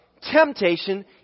Temptation